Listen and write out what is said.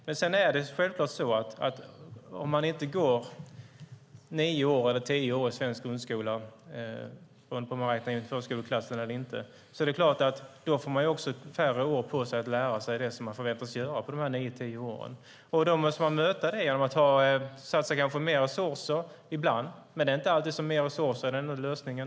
Men om man inte går nio eller tio år i svensk grundskola - beroende på om förskoleklassen räknas in eller inte - får man färre år på sig att lära sig det som man förväntas göra på de nio eller tio åren. Det måste vi möta genom att satsa mer resurser - ibland; det är inte alltid som mer resurser är den enda lösningen.